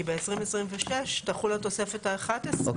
כי ב-2026 תחול התוספת האחת-עשרה.